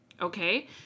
okay